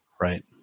right